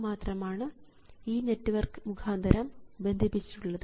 മാത്രമാണ് ഈ നെറ്റ്വർക്ക് മുഖാന്തരം ബന്ധിപ്പിച്ചിട്ടുള്ളത്